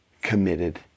committed